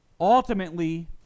Ultimately